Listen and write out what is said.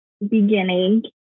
beginning